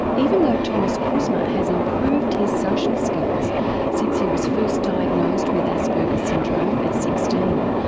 even though thomas kuzma has improved his social skills since he was first diagnosed with asperger's syndrome at sixteen,